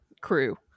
crew